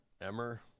Emmer